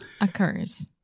Occurs